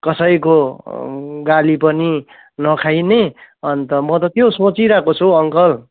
कसैको गाली पनि नखाइने अन्त म त त्यो सोचिरहेको छु हौ अङ्कल